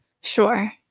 Sure